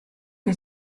che